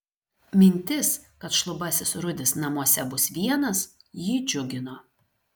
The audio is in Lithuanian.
mintis kad šlubasis rudis namuose bus vienas jį džiugino